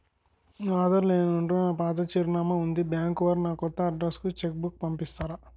నా ఆధార్ లో నేను ఉంటున్న పాత చిరునామా వుంది బ్యాంకు వారు నా కొత్త అడ్రెస్ కు చెక్ బుక్ పంపిస్తారా?